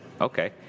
okay